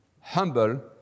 humble